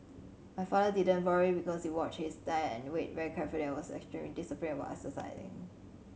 my father didn't very because he watched his diet and weight very carefully and was extremely disciplined about exercising